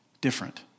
different